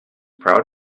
proud